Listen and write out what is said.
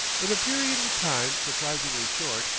in a period of time surprisingly short,